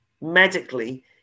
medically